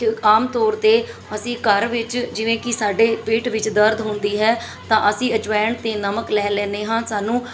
ਕਿਉਂਕਿ ਆਮ ਤੌਰ 'ਤੇ ਅਸੀਂ ਘਰ ਵਿੱਚ ਜਿਵੇਂ ਕਿ ਸਾਡੇ ਪੇਟ ਵਿੱਚ ਦਰਦ ਹੁੰਦੀ ਹੈ ਤਾਂ ਅਸੀਂ ਅਜਵਾਇਣ ਅਤੇ ਨਮਕ ਲੈ ਲੈਂਦੇ ਹਾਂ ਸਾਨੂੰ